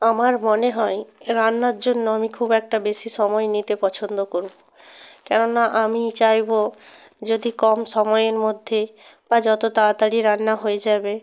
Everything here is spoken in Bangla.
আমার মনে হয় রান্নার জন্য আমি খুব একটা বেশি সময় নিতে পছন্দ কোরব কেননা আমি চাইব যদি কম সময়ের মধ্যে বা যত তাতাড়ি রান্না হয়ে যাবে